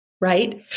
right